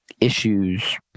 issues